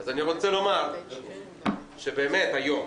אני רוצה לומר שבאמת היום,